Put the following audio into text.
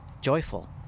joyful